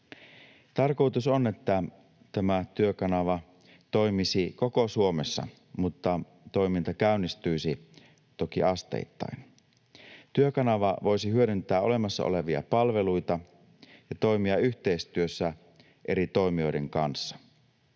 Tarkoitus on, että tämä Työkanava toimisi koko Suomessa, mutta toiminta käynnistyisi toki asteittain. Työkanava voisi hyödyntää olemassa olevia palveluita ja toimia yhteistyössä eri toimijoiden kanssa.